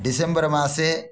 December मासे